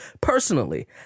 personally